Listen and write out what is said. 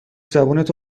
زبونتو